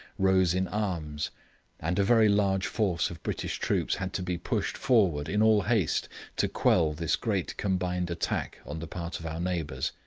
rose in arms and a very large force of british troops had to be pushed forward in all haste to quell this great combined attack on the part of our neighbours.